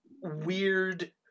weird